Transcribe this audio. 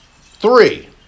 Three